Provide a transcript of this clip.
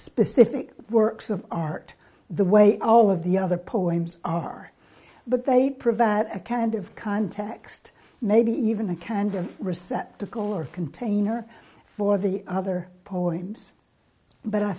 specific works of art the way all of the other poems are but they provide a kind of context maybe even a kind of receptacle or container for the other poems but i